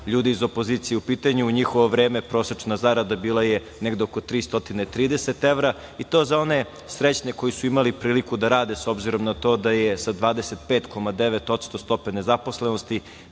ljudi iz opozicije u pitanju u njihovo vreme prosečna zarada bila je negde oko 330 evra, i to za one srećne koji su imali priliku da rade s obzirom na to da je sa 25,9% stope nezaposlenosti